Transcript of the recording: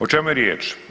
O čemu je riječ?